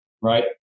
right